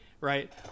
right